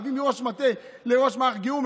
להביא ראש מטה לראש מערך גיור?